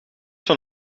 van